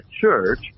church